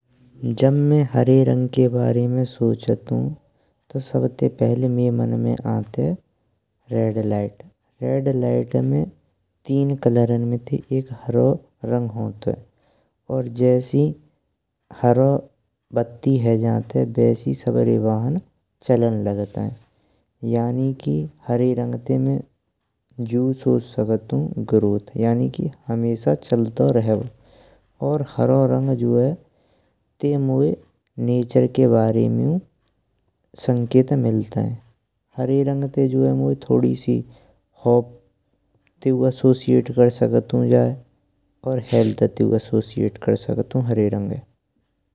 जब में हरे रंग के बारे में सोचन्तु तो सबते पहल मईये मन में आनते रेडलाइट। रेडलाइट में तीन कलर ने में ते एक हरों रंग होतुए। और जैस्सिं हरि बत्ती हैं अज्न्ते बैस्सि सबरे बहान चलन लगाते यानी कि हारे रंग ते में जियु सोच सकतु ग्रोथ यानी कि हमेशा चालतो रहबो। और हर्रों रंग जो है ते मोये नेचर के बारे मईयु संकेत मिलतान्ये हरे रंग ते जो मोये थोड़ी सी होप तीयु एसोसिएट कर सकतु। जयें और हेल्थ तीयु एसोसिएट कर सकतु हरे रंगे।